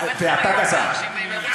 אשר, זה לא יעזור לך, אתם גזענים.